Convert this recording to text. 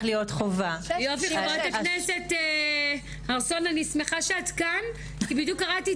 להיות חובה אז --- חברת הכנסת הר סון אני שמחה שאת כאן כי בדיוק קראתי